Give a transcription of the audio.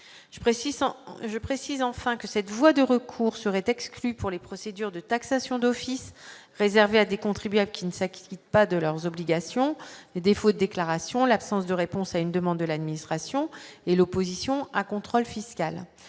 je précise enfin que cette voie de recours serait exclue pour les procédures de taxation d'office réservée à des contribuables qui ne s'acquittent pas de leurs obligations défauts déclaration l'absence de réponse à une demande de l'administration et l'opposition a contrôle fiscal,